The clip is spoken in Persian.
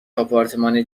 آپارتمان